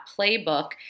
playbook